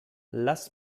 lass